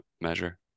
measure